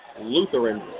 Lutheran